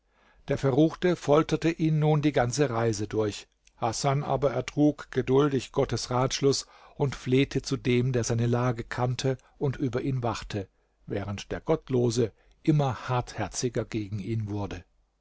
der verruchte folterte ihn nun die ganze reise durch hasan aber ertrug geduldig gottes ratschluß und flehte zu dem der seine lage kannte und über ihn wachte während der gottlose immer hartherziger gegen ihn wurde